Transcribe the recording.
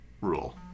rule